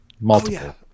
multiple